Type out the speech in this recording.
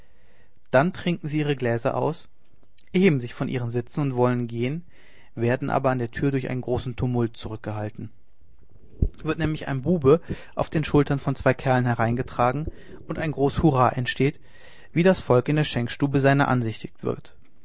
dann trinken sie ihre gläser aus erheben sich von ihren sitzen und wollen gehen werden aber an der tür durch einen großen tumult zurückgehalten wird nämlich ein bube auf den schultern von zwei kerlen hereingetragen und ein groß hurra entsteht wie das volk in der schenkstube seiner ansichtig wird